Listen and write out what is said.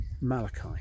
Malachi